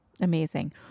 Amazing